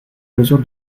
mesure